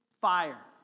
fire